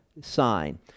sign